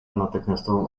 natychmiastową